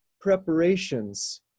preparations